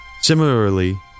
Similarly